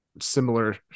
Similar